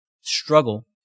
struggle